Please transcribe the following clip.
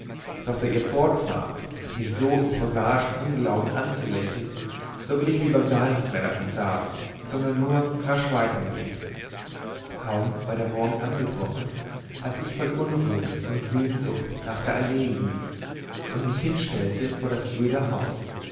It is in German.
doch da ihr fortfahrt mich so im prosaischen unglauben anzulächeln so will ich lieber gar nichts mehr davon sagen sondern nur rasch weitergehen kaum war der morgen angebrochen als ich voll unruhe und sehnsucht nach der allee lief und mich hinstellte vor das öde haus